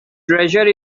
treasure